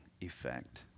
effect